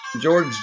George